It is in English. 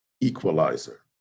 equalizer